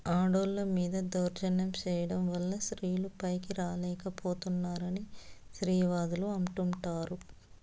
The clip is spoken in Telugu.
ఆడోళ్ళ మీద దౌర్జన్యం చేయడం వల్ల స్త్రీలు పైకి రాలేక పోతున్నారని స్త్రీవాదులు అంటుంటారు